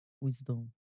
Wisdom